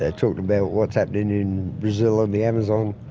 ah talked about what's happening in brazil and the amazon.